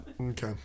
Okay